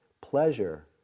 Pleasure